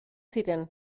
ziren